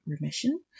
remission